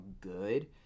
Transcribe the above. good